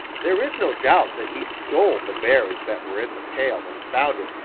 there is no doubt that he stole the berries that were in the pail when he found it,